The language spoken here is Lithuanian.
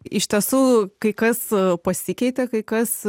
iš tiesų kai kas pasikeitė kai kas